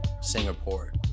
Singapore